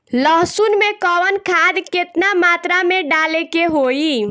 लहसुन में कवन खाद केतना मात्रा में डाले के होई?